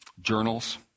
journals